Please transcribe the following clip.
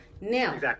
Now